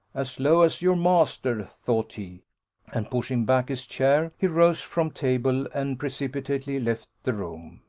as low as your master, thought he and pushing back his chair, he rose from table, and precipitately left the room.